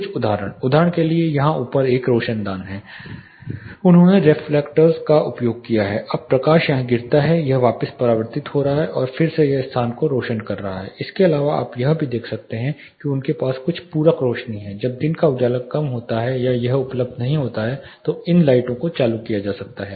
कुछ उदाहरण उदाहरण के लिए यहाँ ऊपर एक रोशनदान है उन्होंने रिफ्लेक्टर का उपयोग किया है अब प्रकाश यहां गिरता है यह वापस परावर्तित हो रहा है और फिर यह स्थान को रोशन कर रहा है इसके अलावा आप यह भी देख सकते हैं कि उनके पास कुछ पूरक रोशनी हैं जब दिन का उजाला कम होता है या यह उपलब्ध नहीं होता है तो इन लाइटों को चालू किया जा सकता है